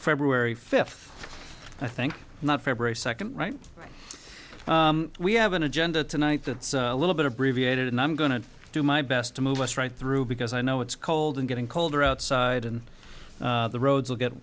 february fifth i think not february second right we have an agenda tonight that's a little bit abbreviated and i'm going to do my best to move us right through because i know it's cold and getting colder outside and the roads will get